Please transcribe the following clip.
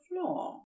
floor